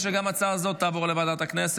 ההצעה להעביר את הצעת